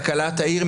כלכלת העיר,